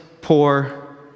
poor